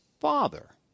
father